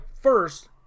first